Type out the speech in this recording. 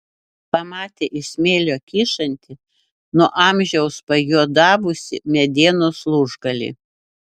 pamatė iš smėlio kyšantį nuo amžiaus pajuodavusį medienos lūžgalį